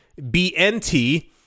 BNT